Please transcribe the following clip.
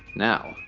now,